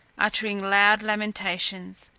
uttering loud lamentations.